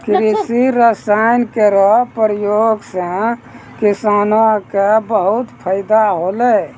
कृषि रसायन केरो प्रयोग सँ किसानो क बहुत फैदा होलै